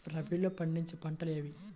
రబీలో పండించే పంటలు ఏవి?